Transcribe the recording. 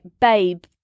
babe